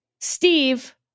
Steve